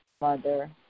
mother